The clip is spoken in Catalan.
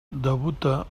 debuta